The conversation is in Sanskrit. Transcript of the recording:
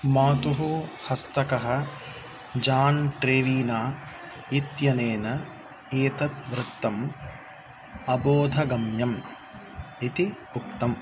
मातुः हस्तकः जान् ट्रेवीना इत्यनेन एतत् वृत्तम् अबोधगम्यम् इति उक्तम्